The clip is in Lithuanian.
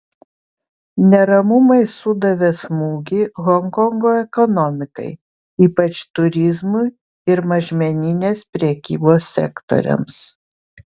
neramumai sudavė smūgį honkongo ekonomikai ypač turizmui ir mažmeninės prekybos sektoriams